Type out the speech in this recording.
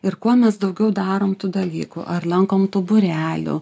ir kuo mes daugiau darom tų dalykų ar lankom tų būrelių